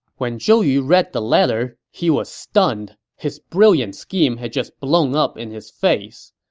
when zhou yu read the letter, he was stunned. his brilliant scheme had just blown up in his face.